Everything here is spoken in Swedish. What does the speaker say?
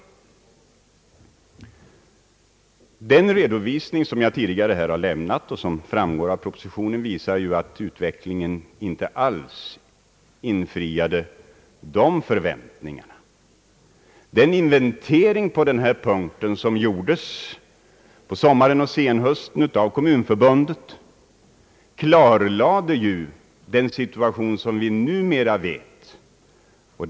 Den redovisning jag tidigare har lämnat och som framgår av propositionen visar ju att utvecklingen inte alls har infriat dessa förväntningar. Den inventering som Kommunförbundet gjorde under sommaren och hösten 1968 i detta avseende klarlade den situation vi numera känner till.